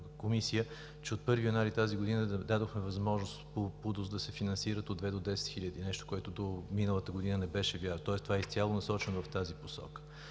Комисията, че от 1 януари тази година дадохме възможност по ПУДООС да се финансират от две до десет хиляди, нещо, което до миналата година не беше влязло. Тоест това е изцяло насочено в тази посока.